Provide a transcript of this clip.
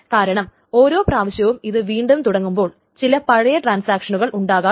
കാരണം ഓരോ പ്രാവശ്യവും ഇത് വീണ്ടും തുടങ്ങുമ്പോൾ ചില പഴയ ട്രാൻസാക്ഷനുകൾ ഉണ്ടാകാറുണ്ട്